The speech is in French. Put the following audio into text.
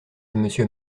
monsieur